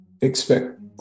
expect